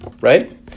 right